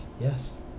yes